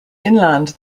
inland